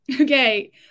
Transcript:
Okay